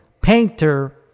painter